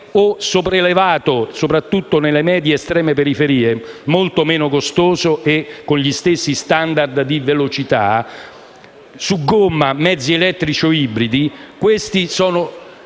e/o sopraelevato, soprattutto nelle medie ed estreme periferie, molto meno costoso e con gli stessi *standard* di velocità; su gomma, mezzi elettrici o ibridi: queste sono